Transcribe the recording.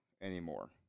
anymore